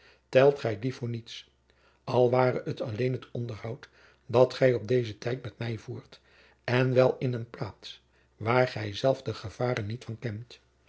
telt gij die voor niets al ware het alleen het onderhoud dat gij op dezen jacob van lennep de pleegzoon tijd met mij voert en wel in eene plaats waar gij zelf de gevaren niet van kent